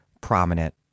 prominent